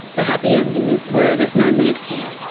the happy ending is where there's no need for it.